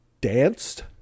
Danced